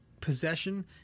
possession